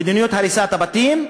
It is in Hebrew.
במדיניות הריסת הבתים,